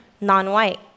non-white